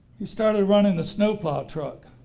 he started running the snow plow truck.